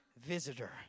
visitor